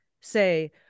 say